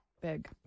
big